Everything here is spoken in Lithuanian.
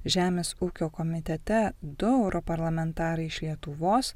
žemės ūkio komitete du europarlamentarai iš lietuvos